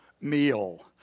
meal